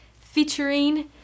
featuring